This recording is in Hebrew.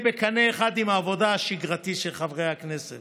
בקנה אחד עם העבודה השגרתית של חברי הכנסת